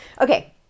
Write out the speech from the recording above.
Okay